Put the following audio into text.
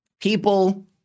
People